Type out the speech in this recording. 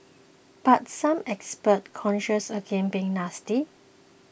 but some experts cautioned against being hasty